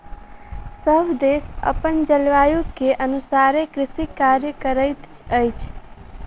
सभ देश अपन जलवायु के अनुसारे कृषि कार्य करैत अछि